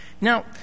Now